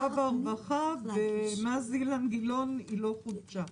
והרווחה אבל מאז אילן גילאון היא לא חודשה.